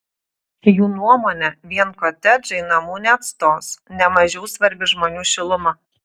jų nuomone vien kotedžai namų neatstos ne mažiau svarbi žmonių šiluma